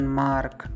mark